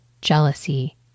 jealousy